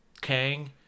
Kang